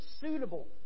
suitable